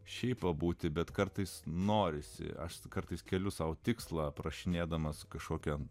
šiaip pabūti bet kartais norisi aš kartais keliu sau tikslą aprašinėdamas kažkokiam